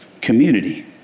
community